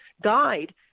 died